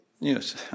news